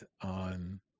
on